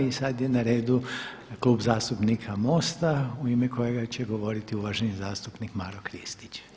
I sada je na redu Klub zastupnika MOST-a u ime kojega će govoriti uvaženi zastupnik Maro Kristić.